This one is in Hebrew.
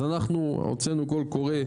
אז אנחנו הוצאנו קול קורא,